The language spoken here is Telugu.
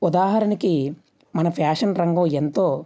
ఉదాహరణకి మన ఫ్యాషన్ రంగం ఎంతో